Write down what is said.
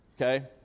Okay